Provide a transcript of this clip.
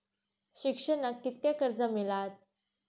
शिक्षणाक कीतक्या कर्ज मिलात?